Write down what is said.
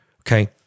Okay